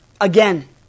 again